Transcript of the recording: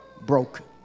broken